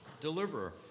deliverer